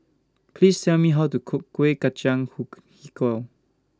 Please Tell Me How to Cook Kueh Kacang Hijau